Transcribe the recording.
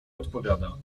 odpowiada